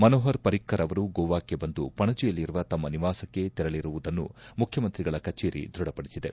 ಮನೋಪರ್ ಪರಿಕ್ಕರ್ ಅವರು ಗೋವಾಕ್ಕೆ ಬಂದು ಪಣಜಿಯಲ್ಲಿರುವ ತಮ್ಮ ನಿವಾಸಕ್ಕೆ ತೆರಳಿರುವುದನ್ನು ಮುಖ್ಯಮಂತ್ರಿಗಳ ಕಚೇರಿ ದೃಢಪಡಿಸಿದೆ